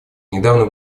недавно